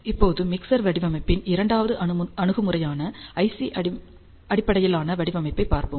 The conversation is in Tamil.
இப்போது மிக்சர் வடிவமைப்பின் இரண்டாவது அணுகுமுறையான ஐசி அடிப்படையிலான வடிவமைப்பை பார்ப்போம்